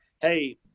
hey